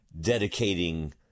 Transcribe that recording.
dedicating